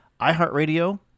iHeartRadio